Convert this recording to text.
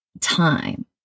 time